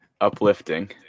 uplifting